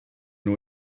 nhw